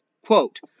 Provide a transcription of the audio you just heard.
Quote